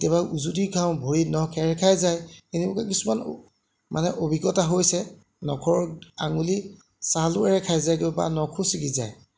কেতিয়াবা উজুতি খাওঁ ভৰিৰ নখ এৰ খাই যায় এনেকুৱা কিছুমান মানে অভিজ্ঞতা হৈছে নখৰ আঙুলি ছালো এৰ খাই যায় বা নখো ছিগি যায়